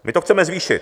My to chceme zvýšit.